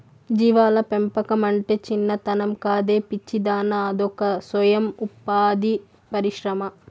జీవాల పెంపకమంటే చిన్నతనం కాదే పిచ్చిదానా అదొక సొయం ఉపాధి పరిశ్రమ